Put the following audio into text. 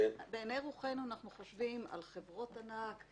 בעיני רוחנו אנחנו חושבים על חברות ענק,